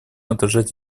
отражать